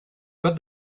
but